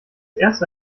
erste